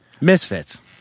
Misfits